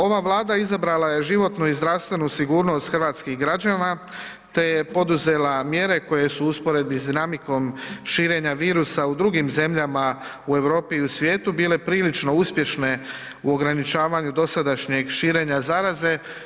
Ova Vlada izabrala je životnu i zdravstvenu sigurnost hrvatskih građana te je poduzela mjere koje su u usporedbi s dinamikom širenja virusa u drugim zemljama u Europi i u svijetu bile prilično uspješne u ograničavanju dosadašnjeg širenja zaraze.